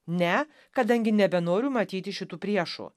ne kadangi nebenoriu matyti šitų priešų